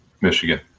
Michigan